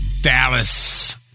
Dallas